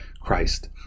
Christ